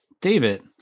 David